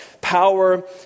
power